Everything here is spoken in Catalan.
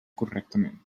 correctament